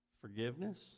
forgiveness